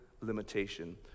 limitation